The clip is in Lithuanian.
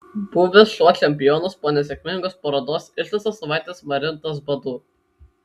buvęs šuo čempionas po nesėkmingos parodos ištisas savaites marintas badu